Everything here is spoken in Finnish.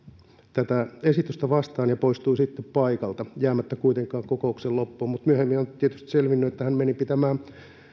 tätä esitystä vastaan ja poistui sitten paikalta jäämättä kuitenkaan kokouksen loppuun mutta myöhemmin on tietysti selvinnyt että hän meni pitämään